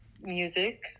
music